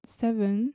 seven